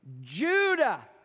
Judah